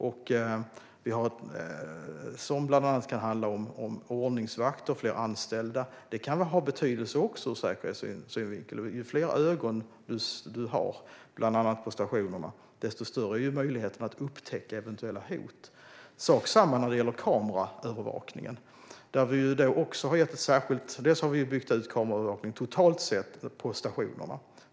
Det kan bland annat handla om fler anställda, till exempel ordningsvakter. Det kan också ha betydelse ur säkerhetssynpunkt. Ju fler ögon det finns på bland annat stationerna, desto större är möjligheten att upptäcka eventuella hot. Samma sak gäller kameraövervakningen. Vi har byggt ut kameraövervakningen på stationerna totalt sett.